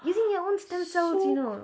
using your own stem cells you know